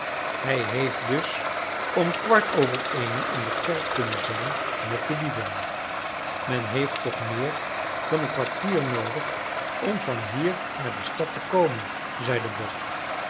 hij heeft dus om kwart over eenen in de kerk kunnen zijn met de dieven men heeft toch meer dan een kwartier noodig om van hier naar de stad te komen zeide bob